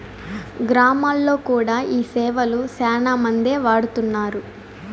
గ్రామాల్లో కూడా ఈ సేవలు శ్యానా మందే వాడుతున్నారు